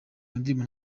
ndirimbo